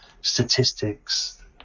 statistics